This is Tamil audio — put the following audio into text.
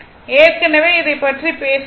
ஏற்கனவே இதை பற்றி பேசினோம்